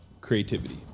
creativity